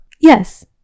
Yes